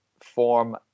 form